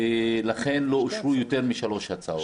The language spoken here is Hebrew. ולכן לא אושרו יותר משלוש הצעות.